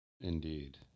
Indeed